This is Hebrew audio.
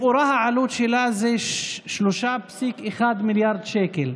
לכאורה העלות שלה היא 3.1 מיליארד שקל.